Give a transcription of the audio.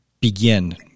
begin